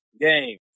game